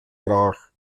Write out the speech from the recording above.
hrách